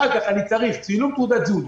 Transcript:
אחר כך אני צריך צילום תעודת זהות,